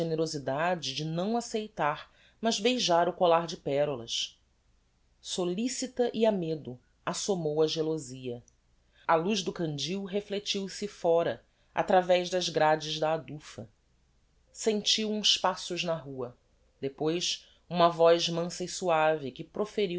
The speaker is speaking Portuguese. generosidade de não acceitar mas beijar o collar de pérolas solícita e a medo assomou á gelosia a luz do candil reflectiu se fóra através das grades da adufa sentiu uns passos na rua depois uma voz mansa e suave que proferiu